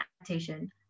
adaptation